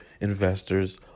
investors